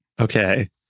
Okay